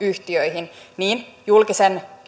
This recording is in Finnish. yhtiöihin niin